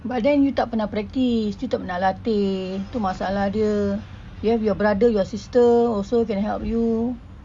but then you tak pernah practise you tak pernah latih itu masalah dia you have your brother your sister also cannot help you